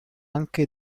anche